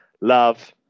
love